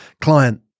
client